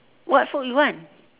what food you want